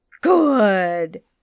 Good